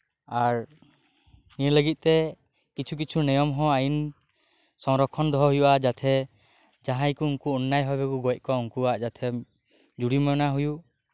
ᱟᱨ ᱱᱤᱭᱟᱹ ᱞᱟᱹᱜᱤᱫ ᱛᱮ ᱠᱤᱪᱷᱩ ᱠᱤᱪᱷᱩ ᱱᱤᱭᱚᱢ ᱦᱚᱸ ᱟᱭᱤᱱ ᱥᱚᱝᱨᱚᱠᱷᱚᱱ ᱫᱚᱦᱚ ᱦᱩᱭᱩᱜᱼᱟ ᱡᱟᱛᱮ ᱡᱟᱦᱟᱭ ᱠᱚ ᱩᱱᱠᱩ ᱚᱱᱱᱟᱭ ᱵᱷᱟᱵᱮ ᱠᱚ ᱜᱚᱡᱽ ᱮᱫ ᱠᱚᱣᱟ ᱩᱱᱠᱩᱣᱟᱜ ᱡᱟᱛᱮ ᱡᱚᱨᱤᱢᱟᱱᱟ ᱦᱩᱭᱩᱜ